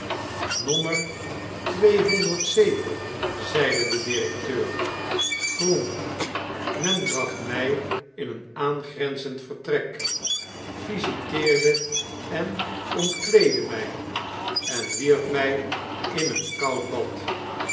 tweehonderd zeven zeide de directeur grroen men bracht my in een aangrenzend vertrek visiteerde en ontkleedde my en wierp mij in een koud bad